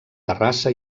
terrassa